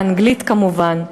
באנגלית כמובן.